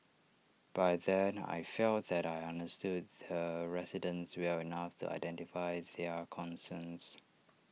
by then I felt that I understood the residents well enough to identify their concerns